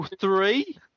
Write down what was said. three